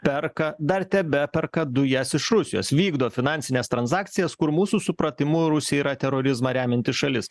perka dar tebeperka dujas iš rusijos vykdo finansines transakcijas kur mūsų supratimu rusija yra terorizmą remianti šalis